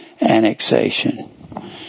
annexation